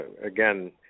again